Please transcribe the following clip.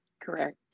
Correct